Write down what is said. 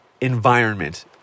environment